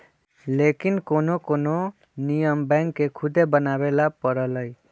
लेकिन कोनो कोनो नियम बैंक के खुदे बनावे ला परलई